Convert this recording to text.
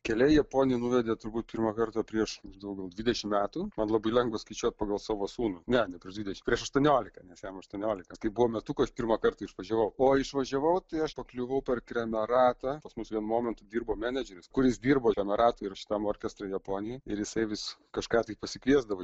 keliai į japoniją nuvedė turbūt pirmą kartą prieš daugiau dvidešimt metų man labai lengva skaičiuot pagal savo sūnų ne ne prieš dvidešimt prieš aštuoniolika nes jam aštuoniolika kai buvo metukų aš pirmą kartą išvažiavau o išvažiavau tai aš pakliuvau per krameratą pas mus vienu momentu dirbo menedžeris kuris dirbo krameratoj ir šitam orkestre japonijoje ir jisai vis kažką tai pasikviesdavo iš